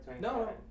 No